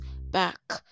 back